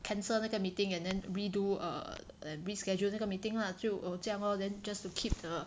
cancel 那个 meeting and then re-do err reschedule 那个 meeting lah 就这样 lor then just to keep the